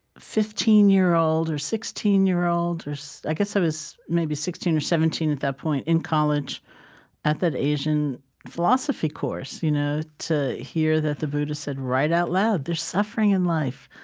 fifteen year old or sixteen year old or so i guess i was maybe sixteen or seventeen at that point in college at that asian philosophy course you know to hear that the buddha said right out loud, there's suffering in life.